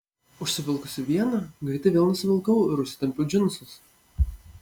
užsivilkusi vieną greitai vėl nusivilkau ir užsitempiau džinsus